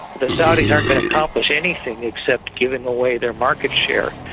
the saudis aren't going to accomplish anything except giving away their market share.